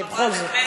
אני, בכל זאת.